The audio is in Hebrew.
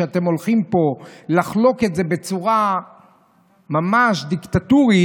שאתם הולכים פה לחלוק את זה בצורה ממש דיקטטורית,